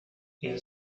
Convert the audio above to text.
این